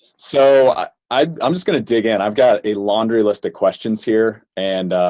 so i'm just going to dig in. i've got a laundry list of questions here. and